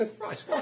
Right